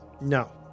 No